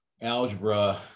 algebra